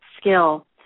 skill